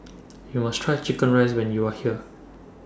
YOU must Try Chicken Rice when YOU Are here